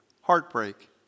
Heartbreak